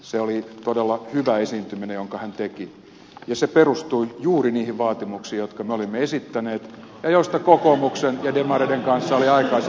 se oli todella hyvä esiintyminen jonka hän teki ja se perustui juuri niihin vaatimuksiin jotka me olimme esittäneet ja joista kokoomuksen ja demareiden kanssa oli aikaisemmin keskusteltu